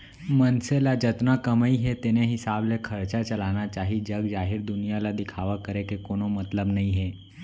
मनसे ल जतना कमई हे तेने हिसाब ले खरचा चलाना चाहीए जग जाहिर दुनिया ल दिखावा करे के कोनो मतलब नइ हे